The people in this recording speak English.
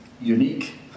unique